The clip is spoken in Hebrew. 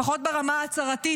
לפחות ברמה ההצהרתית.